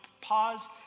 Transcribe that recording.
pause